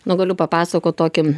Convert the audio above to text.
nu galiu papasakot tokį